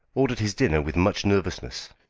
ordered his dinner with much nervousness.